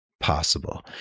possible